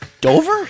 Dover